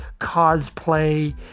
cosplay